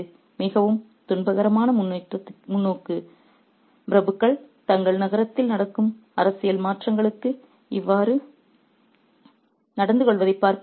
எனவே இது மிகவும் துன்பகரமான முன்னோக்கு பிரபுக்கள் தங்கள் நகரத்தில் நடக்கும் அரசியல் மாற்றங்களுக்கு இவ்வாறு நடந்துகொள்வதைப் பார்ப்பது மிகவும் துயரமானது